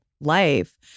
life